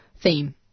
theme